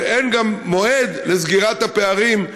ואין גם מועד לסגירת הפערים,